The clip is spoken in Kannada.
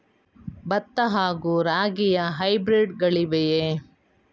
ಭತ್ತ ಹಾಗೂ ರಾಗಿಯ ಹೈಬ್ರಿಡ್ ಗಳಿವೆಯೇ?